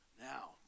Now